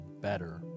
better